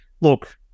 look